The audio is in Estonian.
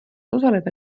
osaleda